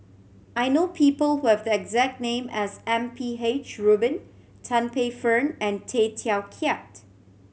I know people who have the exact name as M P H Rubin Tan Paey Fern and Tay Teow Kiat